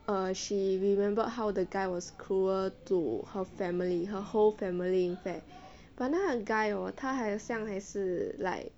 err she remembered how the guy was cruel to her family her whole family in fact but 那个 guy hor 他好像还是 like